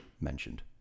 mentioned